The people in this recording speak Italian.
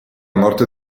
morte